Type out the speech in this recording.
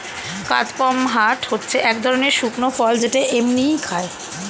কাদপমহাট হচ্ছে এক ধরণের শুকনো ফল যেটা এমনিই খায়